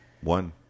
one